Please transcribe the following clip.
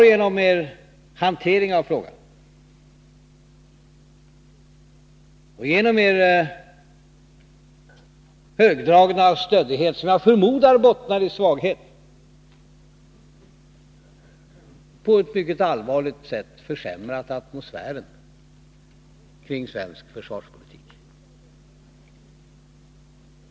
Genom er hantering av frågan, er högdragenhet och stöddighet, som jag förmodar bottnar i svaghet, har ni på ett mycket allvarligt sätt försämrat atmosfären kring svensk försvarspolitik.